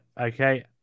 Okay